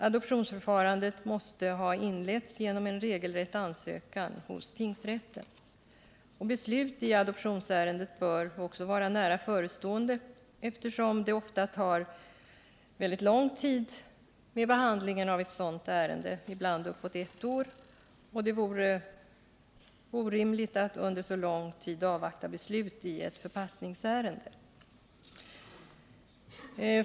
Adoptionsförfarandet måste ha inletts genom en regelrätt ansökan hos tingsrätten. Beslut i adoptionsärendet bör också vara nära förestående, eftersom behandlingen av ett sådant ärende ofta tar väldigt lång tid — ibland upp till ett år. Det vore orimligt att under så lång tid avvakta beslut i ett förpassningsärende.